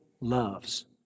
loves